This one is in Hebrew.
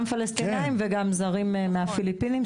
גם פלסטינאים וגם זרים מהפיליפינים,